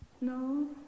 no